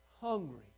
hungry